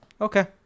Okay